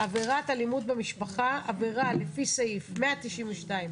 "עבירת אלימות במשפחה" עבירה לפי סעיפים 192,